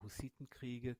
hussitenkriege